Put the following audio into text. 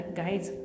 guys